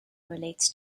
relates